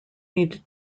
needed